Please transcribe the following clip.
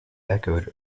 echoed